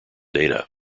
data